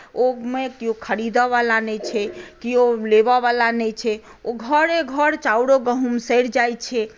ओहिमे केयो खरीदयवला नहि छै केयो लेबयवला नहि छै ओ घरे घर चाउरो गहुँम सड़ि जाइत छै